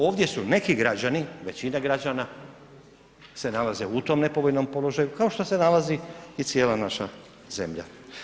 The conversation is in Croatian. Ovdje su neki građani, većina građana se nalaze u tom nepovoljnom položaju kao što se nalazi i cijela naša zemlja.